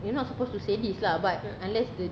you not supposed to say this lah but unless the